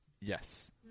Yes